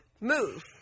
move